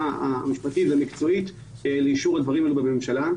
המשפטית והמקצועית לאישור הדברים האלה בממשלה.